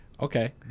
Okay